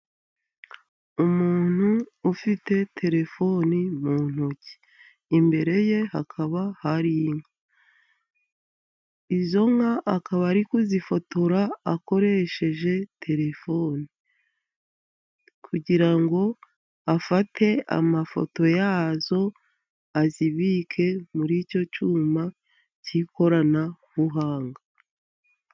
Umuntu ufite terefoni mu ntoki, Imbere ye hakaba hari inka. Izo nka akaba ariko kuzifotora akoresheje terefoni, kugira ngo afate amafoto ya zo azibike muri icyo cyuma cy'ikoranabuhanga.